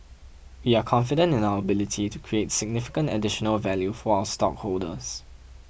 we are confident in our ability to create significant additional value for our stockholders